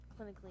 clinically